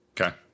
Okay